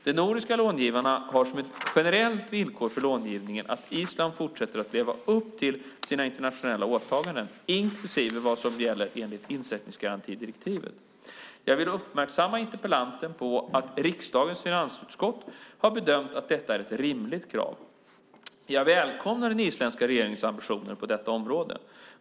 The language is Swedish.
De nordiska långivarna har som ett generellt villkor för långivningen att Island fortsätter att leva upp till sina internationella åtaganden, inklusive vad som gäller enligt insättningsgarantidirektivet. Jag vill uppmärksamma interpellanten på att riksdagens finansutskott har bedömt att detta är ett rimligt krav. Jag välkomnar den isländska regeringens ambitioner på detta område.